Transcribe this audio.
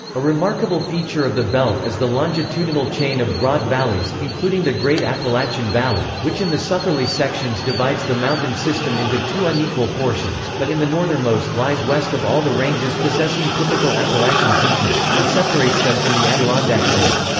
a remarkable feature of the belt is the longitudinal chain of broad valleys, including the great appalachian valley, which in the southerly sections divides the mountain system into two unequal portions, but in the northernmost lies west of all the ranges possessing typical appalachian features, and separates them from the adirondack group.